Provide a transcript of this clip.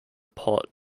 pot